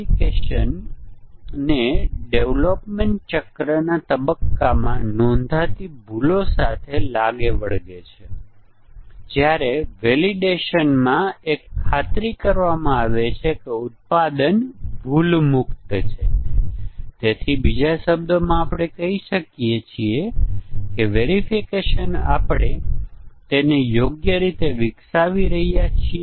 માફ કરશો નીચા સ્તરના મોડ્યુલો અને જેમ તમે પહેલાથી જ જાણતા હશો કે નીચલા સ્તરના મોડ્યુલો સામાન્ય રીતે ઇનપુટ આઉટપુટ મોડ્યુલો હોય છે જે એક સરળ GUI હોઈ શકે છે જે વપરાશકર્તાનું ઇનપુટ લે છે